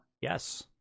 Yes